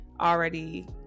already